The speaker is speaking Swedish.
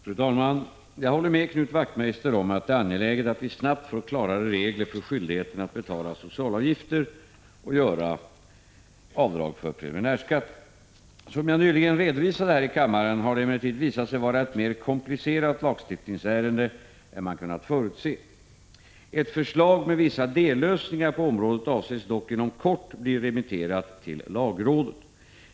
Fru talman! Jag håller med Knut Wachtmeister om att det är angeläget att vi snabbt får klarare regler för skyldigheten att betala socialavgifter och göra preliminärskatteavdrag. Som jag nyligen redovisade här i kammaren har det emellertid visat sig vara ett mer komplicerat lagstiftningsärende än man kunnat förutse. Ett förslag med vissa dellösningar på området avses dock inom kort bli remitterat till lagrådet.